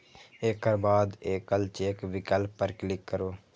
एकर बाद एकल चेक विकल्प पर क्लिक करू